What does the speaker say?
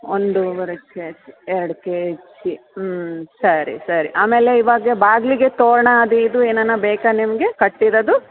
ಒಂದೂವರೆ ಕೆಜಿ ಎರಡು ಕೆಜಿ ಹ್ಞೂ ಸರಿ ಸರಿ ಆಮೇಲೆ ಇವಾಗ ಬಾಗಿಲಿಗೆ ತೋರಣ ಅದು ಇದು ಏನನಾ ಬೇಕಾ ನಿಮಗೆ ಕಟ್ಟಿರೋದು